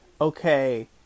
okay